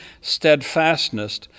steadfastness